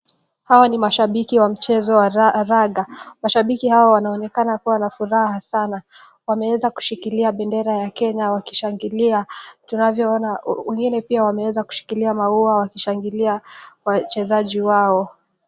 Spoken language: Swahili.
Hapa ni mashabiki wa timu ya raga, mashabiki hawa wanaonekana kuwa na furaha sana wameweza kushikilia bendera ya kenya wakishangilia. Tunavyoona wengine wameweza kushikilia maua wakishangilia wachezaji wao.